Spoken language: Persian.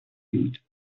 بود